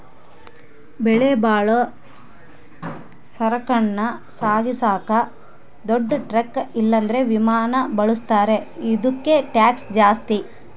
ಬೆಲೆಬಾಳೋ ಸರಕನ್ನ ಸಾಗಿಸಾಕ ದೊಡ್ ಟ್ರಕ್ ಇಲ್ಲಂದ್ರ ವಿಮಾನಾನ ಬಳುಸ್ತಾರ, ಇದುಕ್ಕ ಟ್ಯಾಕ್ಷ್ ಜಾಸ್ತಿ